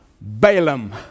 Balaam